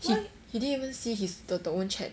he he didn't even see his the the own chat